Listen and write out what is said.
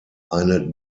eine